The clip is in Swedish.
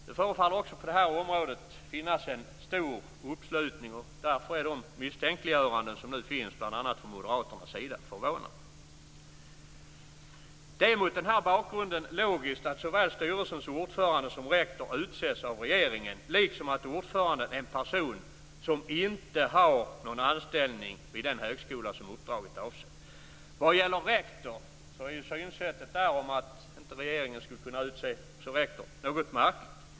Det förefaller som att det finns en stor uppslutning också på detta område. Därför är de misstänkliggöranden som nu görs bl.a. från Moderaternas sida förvånande. Det är mot denna bakgrund logiskt att såväl styrelsens ordförande som rektor utses av regeringen liksom att ordföranden är en person som inte har någon anställning vid den högskola som uppdraget avser. Synsättet att regeringen inte skulle kunna utse även rektor är något märkligt.